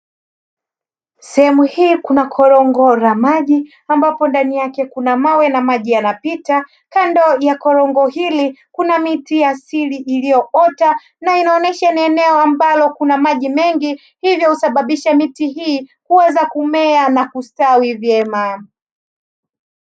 Sehemu hii kuna korongo la maji ambapo ndani yake kuna mawe na maji yanapita. Kando ya korongo hili kuna miti ya asili iliyo ota na inaonesha ni eneo ambalo kuna maji mengi hhivyo husababisha miti hii kuweza kumea na kusitawi vyema.